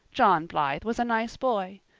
john blythe was a nice boy.